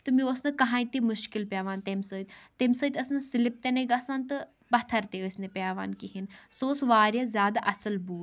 تہٕ مےٚ اوس نِہ کِہیٖنۍ تہِ مُشکل پٮ۪وان تمہِ سۭتۍ تمہِ سۭتۍ ٲس نہٕ سلِپ تہِ نٕے گژھان تہٕ پتھر تہِ ٲسۍ نہٕ پیوان کِہیٖنۍ سُہ اوس واریاہ زیادٕ اصل بوٗٹھ